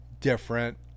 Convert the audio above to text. different